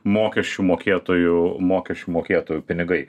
mokesčių mokėtojų mokesčių mokėtojų pinigai